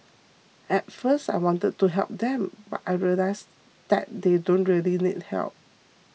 at first I wanted to help them but I realised that they don't really need help